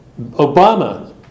Obama